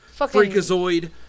Freakazoid